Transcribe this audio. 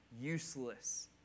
useless